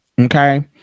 okay